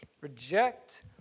Reject